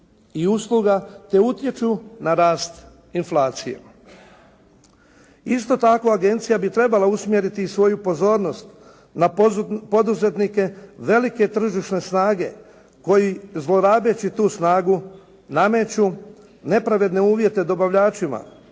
i usluga, te utječu na rast inflacije. Isto tako, agencija bi trebala usmjeriti i svoju pozornost na poduzetnike velike tržišne snage koji zlorabeći tu snagu nameću nepravedne uvjete dobavljačima